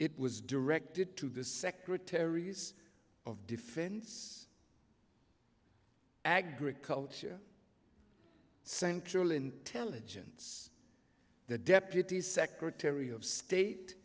it was directed to the secretaries of defense agriculture central intelligence the deputy secretary of state